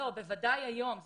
לא, בוודאי היום.